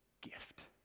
gift